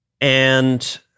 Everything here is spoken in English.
and-